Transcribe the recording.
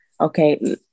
Okay